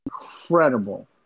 Incredible